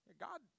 God